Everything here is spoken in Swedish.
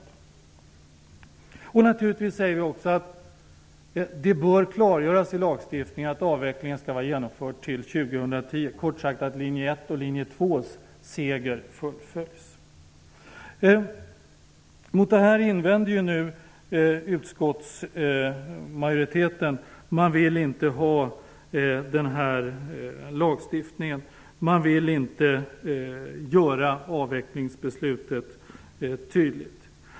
Vi säger naturligtvis också att det bör klargöras i lagstiftningen att avvecklingen skall vara genomförd till 2010 -- kort sagt att segern för linje Mot detta har nu utskottsmajoriteten invändningar. Man vill inte ha denna lagstiftning. Man vill inte göra avvecklingsbeslutet tydligt.